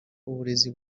uburezi